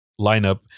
lineup